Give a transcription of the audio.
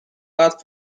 hot